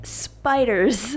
spiders